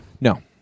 No